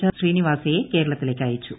R ശ്രീനിവാസയെ കേരളത്തിലേക്ക് അയച്ചു